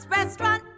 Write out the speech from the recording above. Restaurant